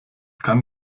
kann